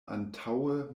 antaŭe